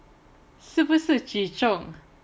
是不是举重